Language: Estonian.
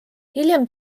hiljem